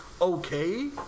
okay